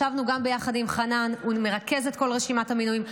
ישבנו גם יחד עם חנן, שמרכז את רשימת המינויים.